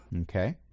Okay